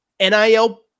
NIL